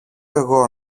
εγώ